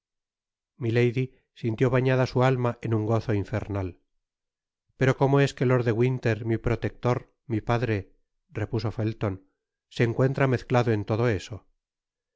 sintió bañada su alma en un gozo infernal pero cómo es que lord de winter mi protector mi padre repuso felton se encuentra mezclado en todo eso